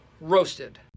Roasted